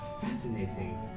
fascinating